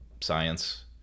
science